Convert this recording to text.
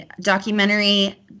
documentary